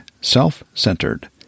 self-centered